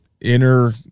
inner